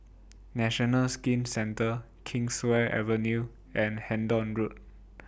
National Skin Centre Kingswear Avenue and Hendon Road